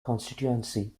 constituency